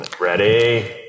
ready